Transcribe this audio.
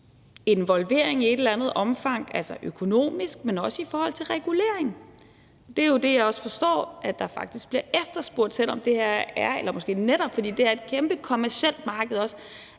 involvering i et eller andet omfang, altså økonomisk, men også i forhold til regulering. Jeg forstår jo også, at det faktisk er det, der bliver efterspurgt, måske netop fordi det her er et kæmpe kommercielt marked,